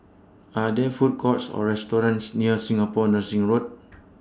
Are There Food Courts Or restaurants near Singapore Nursing Road